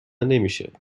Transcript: نمیشه